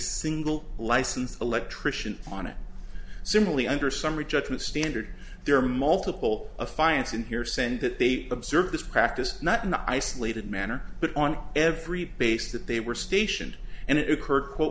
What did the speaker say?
single licensed electrician on it similarly under summary judgment standard there are multiple of finance in here send that they observe this practice not an isolated manner but on every base that they were stationed and it occurred quote